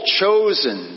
chosen